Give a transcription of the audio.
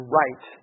right